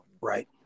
Right